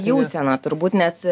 jausena turbūt nes